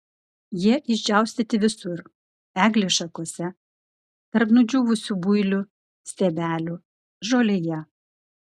jie išdžiaustyti visur eglės šakose tarp nudžiūvusių builių stiebelių žolėje